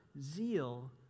zeal